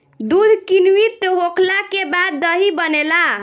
दूध किण्वित होखला के बाद दही बनेला